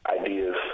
ideas